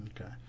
Okay